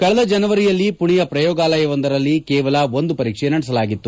ಕಳೆದ ಜನವರಿಯಲ್ಲಿ ಮಣೆಯ ಪ್ರಯೋಗಾಲಯವೊಂದರಲ್ಲಿ ಕೇವಲ ಒಂದು ಪರೀಕ್ಷೆ ನಡೆಸಲಾಗಿತ್ತು